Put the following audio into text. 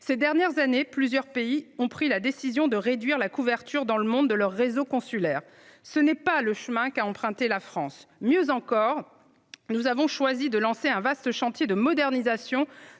Ces dernières années, plusieurs pays ont pris la décision de réduire la couverture de leurs réseaux consulaires dans le monde. Tel n'est pas le chemin qu'a emprunté la France. Mieux encore, nous avons choisi de lancer un vaste chantier de modernisation